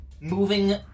moving